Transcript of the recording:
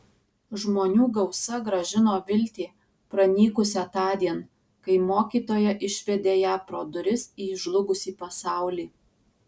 žmonių gausa grąžino viltį pranykusią tądien kai mokytoja išvedė ją pro duris į žlugusį pasaulį